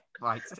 Right